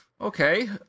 okay